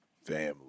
Family